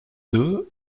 deux